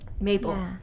Mabel